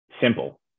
simple